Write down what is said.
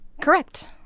Correct